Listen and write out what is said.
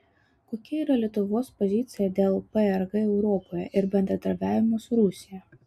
kokia yra lietuvos pozicija dėl prg europoje ir bendradarbiavimo su rusija